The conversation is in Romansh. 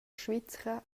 svizra